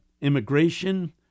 immigration